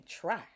try